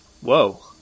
Whoa